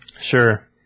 Sure